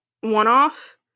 one-off